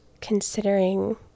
considering